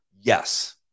Yes